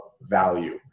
value